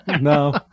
no